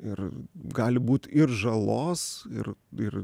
ir gali būt ir žalos ir ir